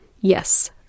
Yes